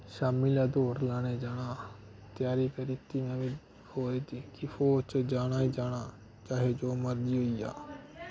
शाम्मीं लै दौड़ लाने गी जाना त्यारी करी दित्ती में बी फौज दी कि फौज च जाना गै जाना चाहे जो मर्जी होई जा